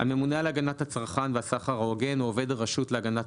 "הממונה על הגנת הצרכן והסחר ההוגן או עובד הרשות להגנת